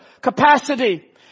capacity